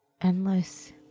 endless